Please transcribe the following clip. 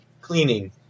cleaning